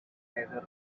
later